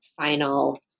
final